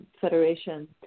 federation